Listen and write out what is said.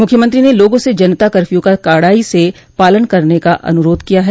मुख्यमंत्री ने लोगों से जनता कर्फयू का कड़ाई से पालन करने का अनुरोध किया है